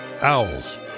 owls